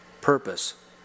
purpose